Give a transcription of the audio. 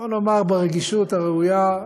בואו נאמר ברגישות הראויה,